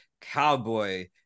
cowboy